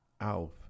Alf